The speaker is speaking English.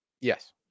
Yes